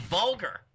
vulgar